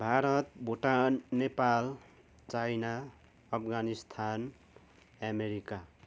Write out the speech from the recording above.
Bharat Bhutan Nepal China Afghanistan America